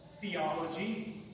theology